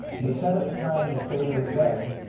they said at the time, they say to this day,